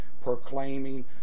proclaiming